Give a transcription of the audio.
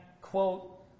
quote